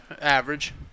average